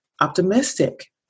optimistic